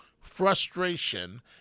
frustration